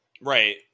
right